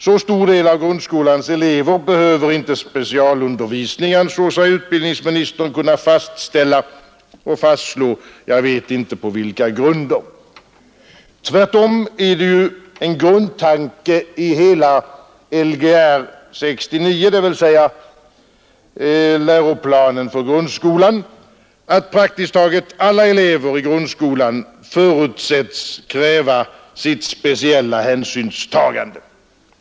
Så stor del av grundskolans elever behöver inte specialundervisningen, ansåg sig utbildningsministern kunna fastställa, jag vet inte på vilka grunder. Tvärtom är det ju en grundtanke i hela Igr 69, dvs. läroplanen för grundskolan, att praktiskt taget alla elever i grundskolan förutsätts kräva sitt speciella hänsynstagande.